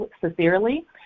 sincerely